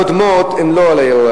כי ההצעות הקודמות לסדר-היום לא היו,